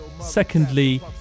secondly